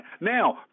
Now